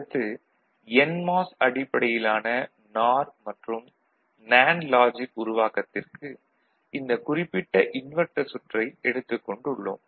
அடுத்து என்மாஸ் அடிப்படையிலான நார் மற்றும் நேண்டு லாஜிக் உருவாக்கத்திற்கு இந்தக் குறிப்பிட்ட இன்வெர்ட்டர் சுற்றை எடுத்துக் கொண்டுள்ளோம்